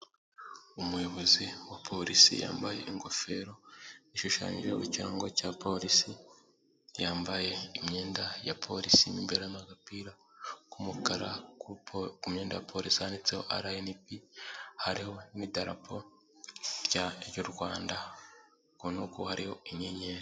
Umuyobozi wa polisi yambaye ingofero ishushanyijeho ikirango cya polisi yambaye imyenda ya polisi mo imbere harimo agapira k'umukara ku myenda ya polisi handitseho ara enipi hariho n'idapo ry'u Rwanda uri kubona ko hariho inyenyeri.